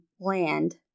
land